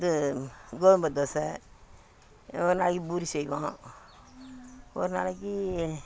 இது கோதுமை தோசை ஒரு நாளைக்கு பூரி செய்வோம் ஒரு நாளைக்கு